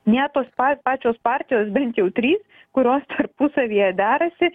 net tos pa pačios partijos bent jau trys kurios tarpusavyje derasi